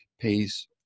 pays